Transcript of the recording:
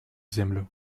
землю